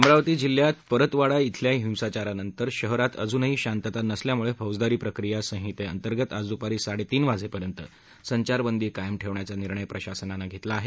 अमरावती जिल्ह्यात परतवाडा शिल्या हिंसाचारानंतर शहरात अजूनही शांतता नसल्यामुळे फौजदारी प्रक्रिया संहितेअंतर्गत आज दुपारी साडेतीन वाजेपर्यंत संचारबंदी कायम ठेवण्याचा निर्णय प्रशासनानं घेतला आहे